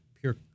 pure